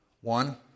One